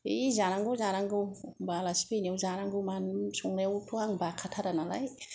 है जानांगौ जानांगौ एखम्बा आलासि फैनायाव जानांगौ मानांगौ होननानै संनायावथ' आं बाखाथारा नालाय